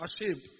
ashamed